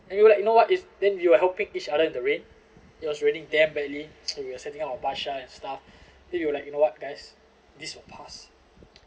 anyway you know what is then we were helping each other in the rain it was really damn badly so we are setting up our basher and stuff thing like you know what guys this will pass